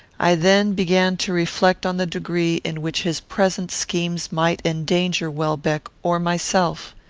i then began to reflect on the degree in which his present schemes might endanger welbeck or myself.